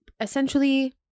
essentially